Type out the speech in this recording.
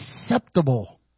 acceptable